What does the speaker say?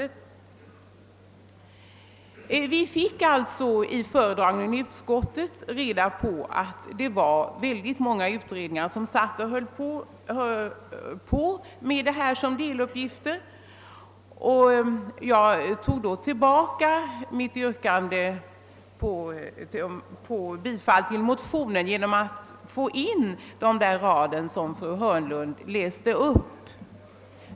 Vid föredragningen i utskottet fick vi alltså reda på att många utredningar höll på med detta problem som en deluppgift. Jag tog tillbaka mitt yrkande om bifall till motionerna, sedan jag fått in de rader i utlåtandet som fru Hörnlund läste upp.